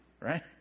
Right